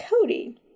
Cody